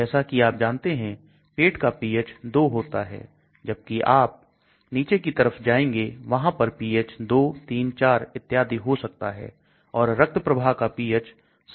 जैसा कि आप जानते हैं पेट का पीएच 2 होता है जबकि जब आप नीचे की तरफ जाएंगे वहां पर पीएच 2 3 4 इत्यादि हो सकता है और रक्त प्रभाव का पीएच 74 है